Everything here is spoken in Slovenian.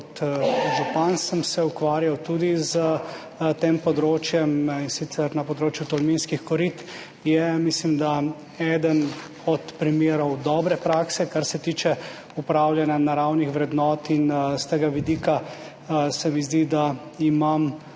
kot župan sem se ukvarjal tudi s tem področjem. Na področju Tolminskih korit je, mislim, da eden od primerov dobre prakse, kar se tiče upravljanja naravnih vrednot. S tega vidika se mi zdi, da imam